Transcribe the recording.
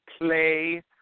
play